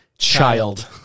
Child